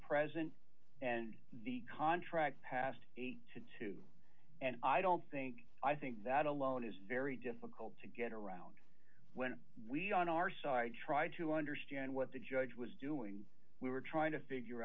present and the contract passed to and i don't think i think that alone is very difficult to get around when we on our side try to understand what the judge was doing we were trying to figure